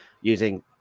using